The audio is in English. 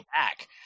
back